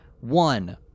One